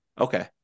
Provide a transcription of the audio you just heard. Okay